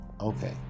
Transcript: okay